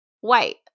white